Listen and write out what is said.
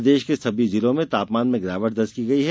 प्रदेश के सभी जिलों में तापमान में गिरावट दर्ज की गई है